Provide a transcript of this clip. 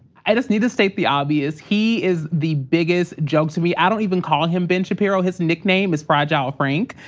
i just need to state the obvious. he is the biggest joke to me. i don't even call him ben shapiro. his nickname is fragile frank.